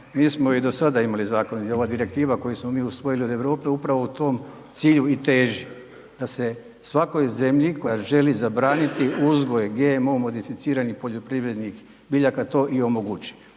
mi smo i do sada imali zakon i ova direktiva koju smo mi usvoji od Europe upravo tom cilju i teži da se svakoj zemlji koja želi zabraniti uzgoj GMO-o modificiranih poljoprivrednih biljaka to i omogući.